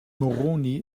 moroni